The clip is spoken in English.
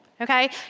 okay